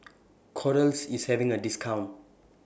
Kordel's IS having A discount